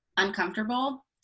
Uncomfortable